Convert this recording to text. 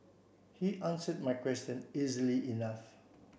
he answered my question easily enough